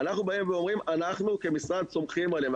אנחנו באים ואומרים שאנחנו כמשרד סומכים עליהם,